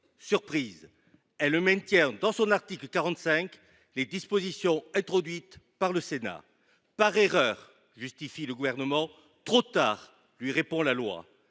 Surprise : elle maintient dans son article 45 les dispositions introduites par le Sénat. « Par erreur », affirme le Gouvernement. « Trop tard !», lui répond la loi.